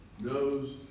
knows